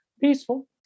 peaceful